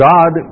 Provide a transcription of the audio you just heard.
God